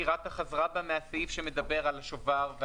כי רת"א חזרה בה מהסעיף שמדבר על שובר.